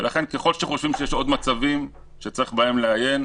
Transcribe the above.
ולכן, ככל שחושבים שיש עוד מצבים שבהם צריך לעיין,